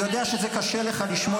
אני יודע שזה קשה לך לשמוע,